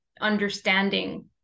understanding